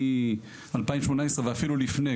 מ-2018 ואפילו לפני,